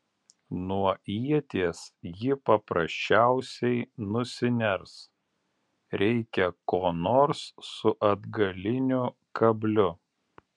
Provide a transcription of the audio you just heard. nuo ieties ji paprasčiausiai nusiners reikia ko nors su atgaliniu kabliu